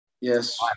yes